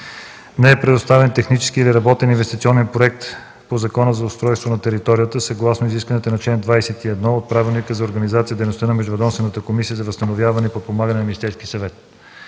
Не е предоставен технически или работен инвестиционен проект по Закона за устройство на територията, съгласно изискванията на чл. 21 от Правилника за организацията и дейността на Междуведомствената комисия за възстановяване и подпомагане към Министерския съвет.